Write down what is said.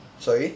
sorry